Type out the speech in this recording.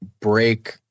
break